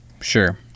Sure